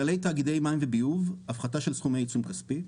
כללי תאגידי מים וביוב (הפחתה של סכומי עיצום כספי):